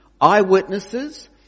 Eyewitnesses